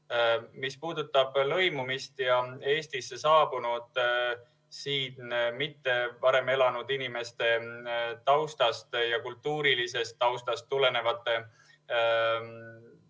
Mis puudutab lõimumist ja Eestisse saabunud siin varem mitteelanud inimeste taustast ja kultuurilisest taustast tulenevat